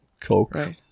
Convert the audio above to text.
Coke